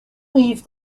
weave